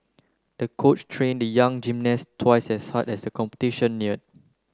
the coach trained the young gymnast twice as hard as the competition neared